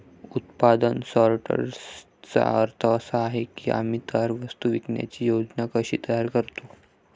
उत्पादन सॉर्टर्सचा अर्थ असा आहे की आम्ही तयार वस्तू विकण्याची योजना कशी तयार करतो